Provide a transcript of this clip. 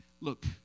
Look